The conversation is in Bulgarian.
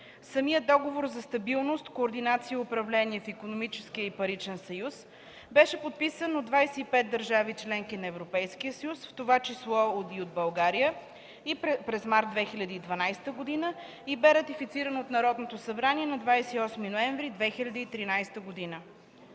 Самият Договор за стабилност, координация и управление в Икономическия и паричен съюз беше подписан от 25 държави – членки на Европейския съюз, в това число и България, през месец март 2012 г. и бе ратифициран от Народното събрание на 28 ноември 2013 г.